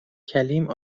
کلیم